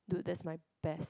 dude that's my best